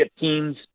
teams